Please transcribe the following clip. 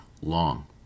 long